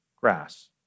grass